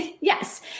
Yes